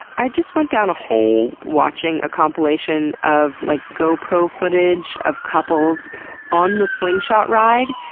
i just went down a hole watching a compilation of like gopro footage of couples on the slingshot ride,